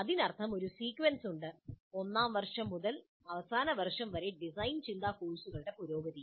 അതിനർത്ഥം ഒരു സീക്വൻസ് ഉണ്ട് ഒന്നാം വർഷം മുതൽ അവസാന വർഷം വരെ ഡിസൈൻ ചിന്താ കോഴ്സുകളുടെ പുരോഗതി